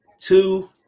Two